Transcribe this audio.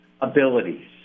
abilities